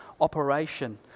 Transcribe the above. operation